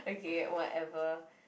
okay whatever